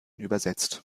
übersetzt